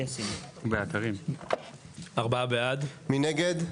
מי נגד?